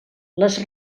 les